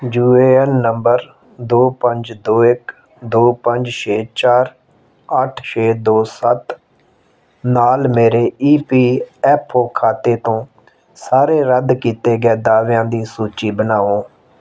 you A N number ਦੋ ਪੰਜ ਦੋ ਇੱਕ ਦੋ ਪੰਜ ਛੇ ਚਾਰ ਅੱਠ ਛੇ ਦੋ ਸੱਤ ਨਾਲ ਮੇਰੇ ਈ ਪੀ ਐਫ ਓ ਖਾਤੇ ਤੋਂ ਸਾਰੇ ਰੱਦ ਕੀਤੇ ਗਏ ਦਾਅਵਿਆਂ ਦੀ ਸੂਚੀ ਬਣਾਓ